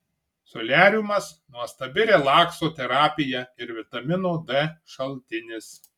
soliariumas nuostabi relakso terapija ir vitamino d šaltinis